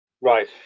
Right